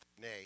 Nay